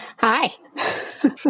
Hi